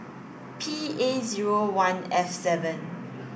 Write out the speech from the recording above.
P A zero one F seven